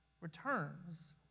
returns